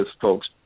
folks